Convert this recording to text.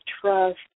trust